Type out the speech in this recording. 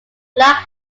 black